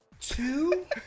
Two